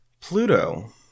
Pluto